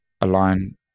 align